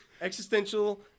Existential